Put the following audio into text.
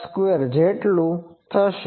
83A02 જેટલું થશે